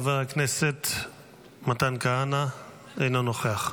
חבר הכנסת מתן כהנא, אינו נוכח,